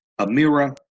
Amira